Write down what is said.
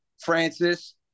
Francis